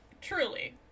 Truly